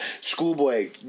Schoolboy